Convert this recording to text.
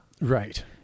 Right